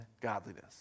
godliness